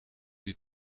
die